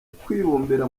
kwibumbira